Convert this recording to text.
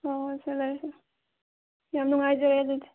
ꯍꯣꯏ ꯍꯣꯏ ꯁꯤꯗ ꯂꯩꯔꯦ ꯌꯥꯝ ꯅꯨꯡꯉꯥꯏꯖꯔꯦ ꯑꯗꯨꯗꯤ